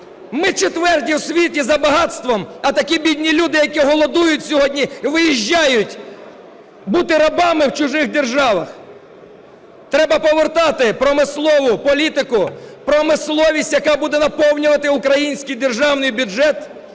Ми четверті у світі за багатством, а такі бідні люди, які голодують сьогодні і виїжджають бути рабами в чужих державах. Треба повертати промислову політику, промисловість, яка буде наповнювати український державний бюджет,